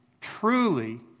truly